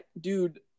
dude